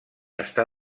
està